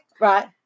right